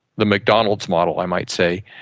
the mcdonald's model i might say,